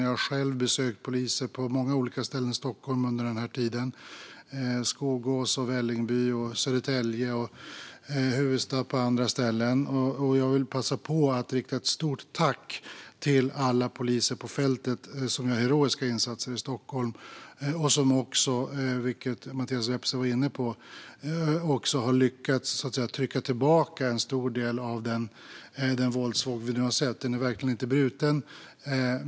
Jag har själv besökt poliser på många olika ställen i Stockholm under den här tiden: Skogås, Vällingby, Södertälje, Huvudsta och även andra ställen. Jag vill passa på att rikta ett stort tack till alla poliser på fältet som gör heroiska insatser i Stockholm och som också, vilket Mattias Vepsä var inne på, har lyckats trycka tillbaka en stor del av den våldsvåg vi nu har sett. Den är verkligen inte bruten.